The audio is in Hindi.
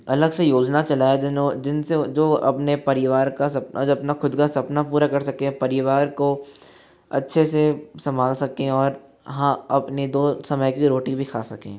अलग से योजना चलाये जिनो जिनसे जो वो अपने परिवार का और अपना खुद का सपना पूरा कर सके परिवार को अच्छे से संभाल सके और हाँ अपने दो समय की रोटी भी खा सकें